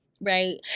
right